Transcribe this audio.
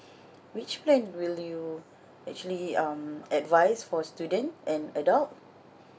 which plan will you actually um advise for student and adult